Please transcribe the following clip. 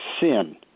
sin